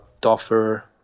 tougher